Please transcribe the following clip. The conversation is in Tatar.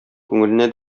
күңеленә